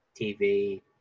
TV